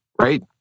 right